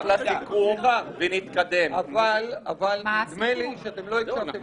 נדמה לי שלא הקשבתם